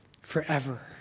Forever